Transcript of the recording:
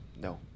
no